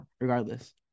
regardless